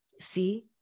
See